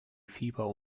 fieber